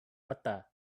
butter